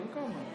היו כמה.